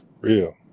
Real